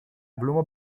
bloemen